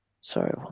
Sorry